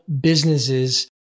businesses